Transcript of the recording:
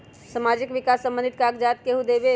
समाजीक विकास संबंधित कागज़ात केहु देबे?